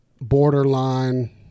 borderline